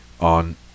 on